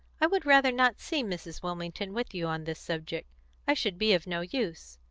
i would rather not see mrs. wilmington with you on this subject i should be of no use.